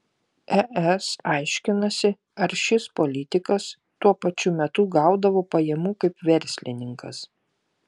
es aiškinasi ar šis politikas tuo pačiu metu gaudavo pajamų kaip verslininkas